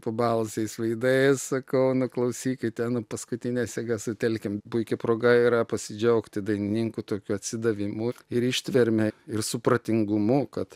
pabalusiais veidais sakau nu klausykite nu paskutines jėgas sutelkim puiki proga yra pasidžiaugti dainininkų tokiu atsidavimu ir ištverme ir supratingumu kad